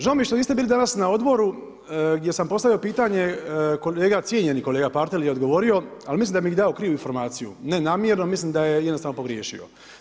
Žao mi je što niste bili danas na odboru gdje sam postavio pitanje, cijenjeni kolega Partel je odgovorio, ali mislim da je dao krivu informaciju, ne namjerno, nego mislim da je jednostavno pogriješio.